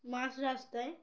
মাঝ রাস্তায়